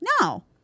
No